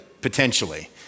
potentially